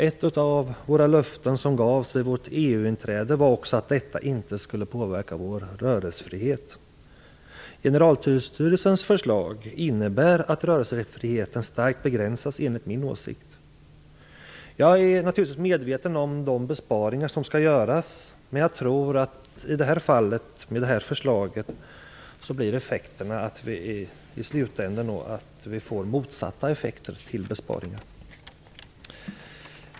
Ett av de löften som gavs vid vårt EU-inträde var att detta inte skulle påverka vår rörelsefrihet. Generaltullstyrelsens förslag innebär enligt min mening att rörelsefriheten starkt begränsas. Jag är naturligtvis medveten om de besparingar som skall göras, men i slutänden tror jag att effekterna blir de motsatta med det här förslaget.